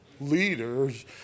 leaders